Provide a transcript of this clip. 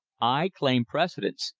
i claim precedence.